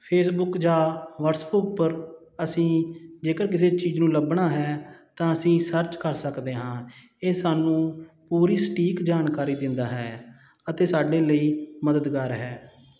Facebook ਜਾ WhatsApp ਉੱਪਰ ਅਸੀਂ ਜੇਕਰ ਕਿਸੇ ਚੀਜ਼ ਨੂੰ ਲੱਭਣਾ ਹੈ ਤਾਂ ਅਸੀਂ ਸਰਚ ਕਰ ਸਕਦੇ ਹਾਂ ਇਹ ਸਾਨੂੰ ਪੂਰੀ ਸਟੀਕ ਜਾਣਕਾਰੀ ਦਿੰਦਾ ਹੈ ਅਤੇ ਸਾਡੇ ਲਈ ਮਦਦਗਾਰ ਹੈ